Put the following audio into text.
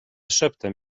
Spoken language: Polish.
szeptem